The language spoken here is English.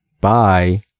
Bye